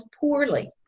poorly